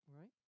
right